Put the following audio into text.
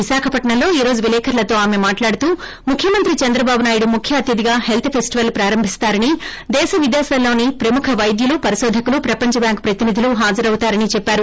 విశాఖపట్పంలో ఈ రోజు విలేకర్లతో ఆమె మాట్లాడుతూ ముఖ్యమంత్రి చంద్రబాబు నాయుడు ముఖ్య అతిథిగా హెల్త్ ఫెస్టివల్ ప్రారంభిస్తారని దేశ విదేశాల్లోని ప్రముఖ వైద్యులు పరిశోధకులు ప్రపంచ బ్యాంక్ ప్రతినిధులు హాజరవుతారని చెప్పారు